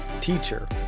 Teacher